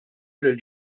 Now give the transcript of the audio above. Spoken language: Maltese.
lil